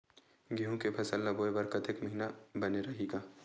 गेहूं के फसल ल बोय बर कातिक महिना बने रहि का?